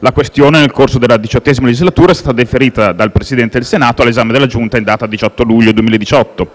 La questione, nel corso della XVIII legislatura, è stata deferita dal Presidente del Senato all'esame della Giunta in data 18 luglio 2018.